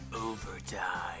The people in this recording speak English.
overtime